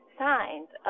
signs